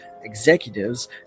executives